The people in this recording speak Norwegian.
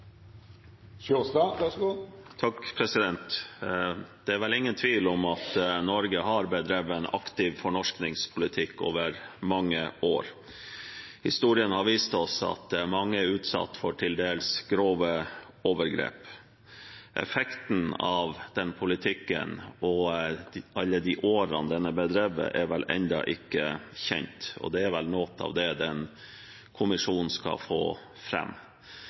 vel ingen tvil om at Norge har bedrevet en aktiv fornorskningspolitikk over mange år. Historien har vist oss at mange er utsatt for til dels grove overgrep. Effekten av den politikken og alle de årene den er bedrevet, er ennå ikke kjent, og det er vel noe av det kommisjonen skal få